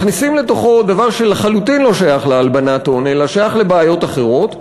מכניסים לתוכו דבר שלחלוטין לא שייך להלבנת הון אלא שייך לבעיות אחרות,